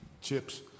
chips